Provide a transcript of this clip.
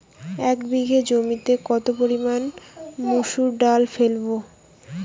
এক বিঘে জমিতে কত পরিমান মুসুর ডাল ফেলবো?